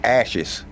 ashes